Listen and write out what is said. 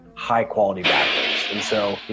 high quality backlinks? and so, you